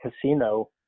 casino